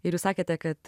ir jūs sakėte kad